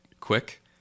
quick